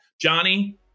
Johnny